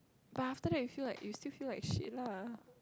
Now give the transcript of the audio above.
but after that you feel you still feel like shit lah